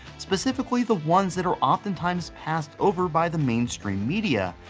specifically, the ones that are often times passed over by the mainstream media.